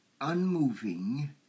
unmoving